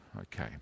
Okay